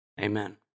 Amen